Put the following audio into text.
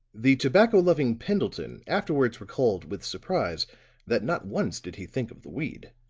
the tobacco-loving pendleton afterwards recalled with surprise that not once did he think of the weed.